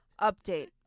Update